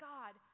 God